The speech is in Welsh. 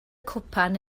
cwpan